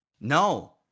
No